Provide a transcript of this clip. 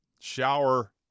Shower